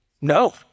No